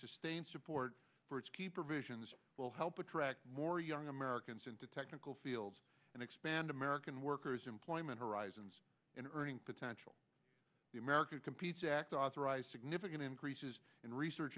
sustained support for its key provisions will help attract more young americans into technical fields and expand american workers employment horizons in earning potential the america competes act authorized significant increases in research